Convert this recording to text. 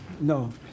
No